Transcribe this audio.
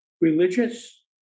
religious